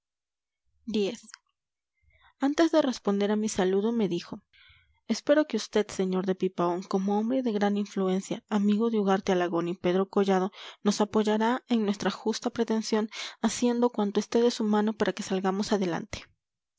antes de responder a mi saludo me dijo espero que vd sr de pipaón como hombre de gran influencia amigo de ugarte alagón y pedro collado nos apoyará en nuestra justa pretensión haciendo cuanto esté de su mano para que salgamos adelante